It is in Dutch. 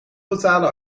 betalen